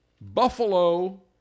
Buffalo